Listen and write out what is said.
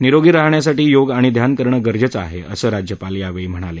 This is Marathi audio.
निरोगी राहण्यासाठी योग आणि ध्यान करणं गरजेचं आहे असं राज्यपाल यावेळी म्हणाले